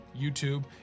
YouTube